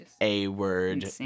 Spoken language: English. A-word